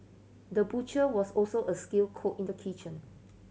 the butcher was also a skilled cook in the kitchen